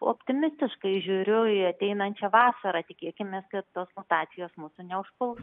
optimistiškai žiūriu į ateinančią vasarą tikėkimės kad tos mutacijos mūsų neužpuls